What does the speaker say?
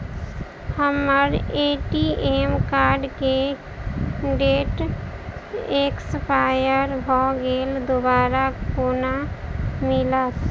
हम्मर ATM card केँ date expire भऽ गेल दोबारा कोना मिलत?